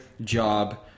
job